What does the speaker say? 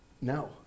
No